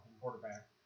quarterback